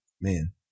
Man